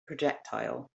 projectile